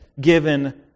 given